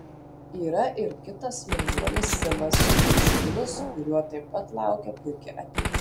yra ir kitas jaunuolis simas gedžiūnas kurio taip pat laukia puiki ateitis